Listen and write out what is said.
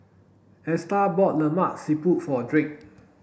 Esta bought Lemak Siput for Drake